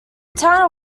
town